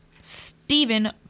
Stephen